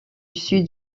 sud